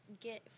get